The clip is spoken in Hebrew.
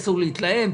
אסור להתלהם,